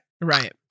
right